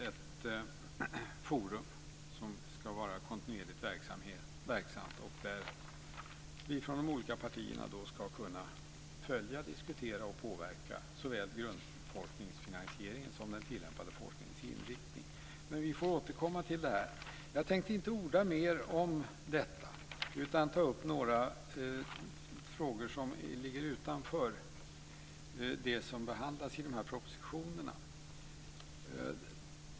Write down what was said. Ett forum ska vara kontinuerligt verksamt, där vi från de olika partierna ska kunna följa, diskutera och påverka såväl finansieringen av grundforskningen som den tillämpade forskningens inriktning. Men vi får återkomma till det här. Jag tänkte inte orda mer om detta, utan ta upp några frågor som ligger utanför det som behandlas i propositionerna.